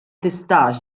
tistax